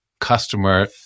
customer